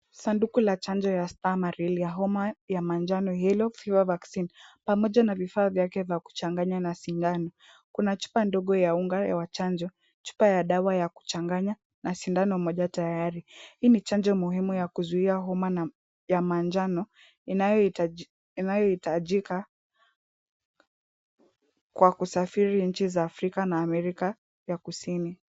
Sanduku ya chanjo ya Stamaril ya homa ya manjano Yellow Fever Vaccine pamoja na vifaa vyake za kuchanganya na sindano. Kuna chupa ndogo ya unga ya machanjo, chupa ya dawa ya kuchanganya na sindano moja tayari. Hii ni chanjo muhimu ya kuzuia homa ya manjano inayohitajika kwa kusafiri nchi za Afrika na Amerika ya Kusini.